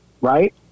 Right